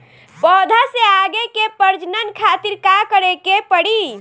पौधा से आगे के प्रजनन खातिर का करे के पड़ी?